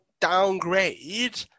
downgrade